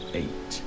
eight